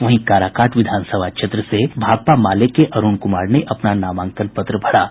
वहीं काराकाट विधानसभा क्षेत्र से भाकपा माले के अरूण कुमार ने अपना नामांकन पत्र भरा है